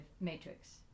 matrix